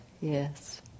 Yes